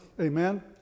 Amen